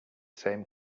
same